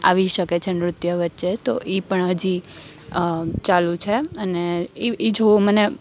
આવી શકે છે નૃત્ય વચ્ચે તો એ પણ હજી ચાલુ છે અને એ એ જોવું મને